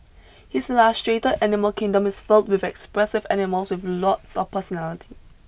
his illustrated animal kingdom is filled with expressive animals with lots of personality